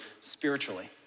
spiritually